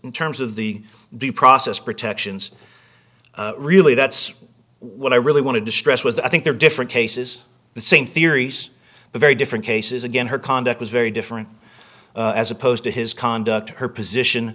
in terms of the the process protections really that's what i really wanted to stress was that i think they're different cases the same theories very different cases again her conduct was very different as opposed to his conduct her position